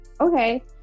okay